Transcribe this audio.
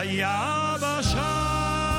ביבשה,